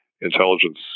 intelligence